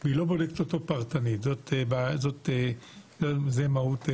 היא לא בודקת אותו פרטנית, וזאת מהות החוק.